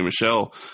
Michelle